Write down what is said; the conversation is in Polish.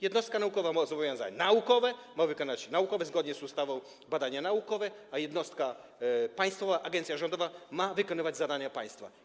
Jednostka naukowa ma zobowiązania naukowe, ma wykonywać zgodnie z ustawą badania naukowe, a jednostka państwowa, agencja rządowa ma wykonywać zadania państwa.